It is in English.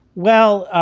well,